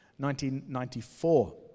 1994